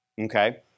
Okay